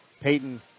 Peyton